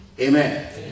Amen